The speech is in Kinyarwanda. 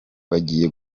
bagiye